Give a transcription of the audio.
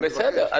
בסדר.